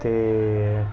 ते